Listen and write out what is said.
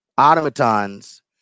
automatons